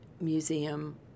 museum